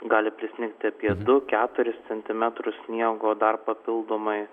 gali prisnigti apie du keturis centimetrus sniego dar papildomai